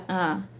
(uh huh)